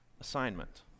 assignment